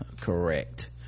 correct